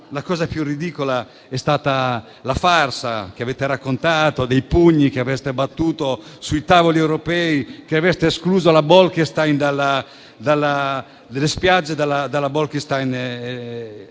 la cosa più ridicola è stata la farsa che avete raccontato dei pugni che avreste battuto sui tavoli europei e che avreste escluso le spiagge dalla direttiva Bolkestein.